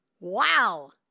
wow